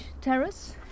terrace